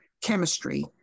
chemistry